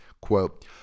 quote